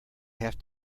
have